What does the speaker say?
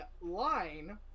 line